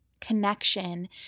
Connection